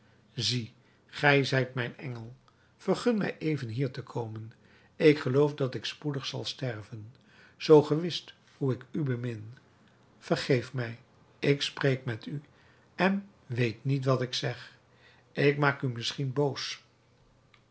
zie gij zijt mijn engel vergun mij even hier te komen ik geloof dat ik spoedig zal sterven zoo ge wist hoe ik u bemin vergeef mij ik spreek met u en weet niet wat ik zeg ik maak u misschien boos